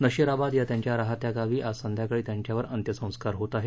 नशिराबाद या त्यांच्या रहात्या गावी आज संध्याकाळी त्यांच्यावर अंत्यसंस्कार होत आहेत